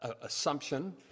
assumption